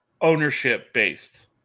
ownership-based